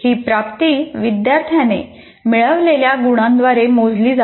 ही प्राप्ती विद्यार्थ्याने मिळवलेल्या गुणांद्वारे मोजली जाते